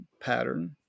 pattern